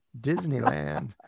Disneyland